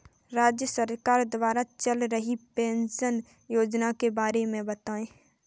राज्य सरकार द्वारा चल रही पेंशन योजना के बारे में बताएँ?